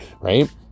right